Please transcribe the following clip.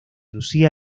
lucía